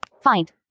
Find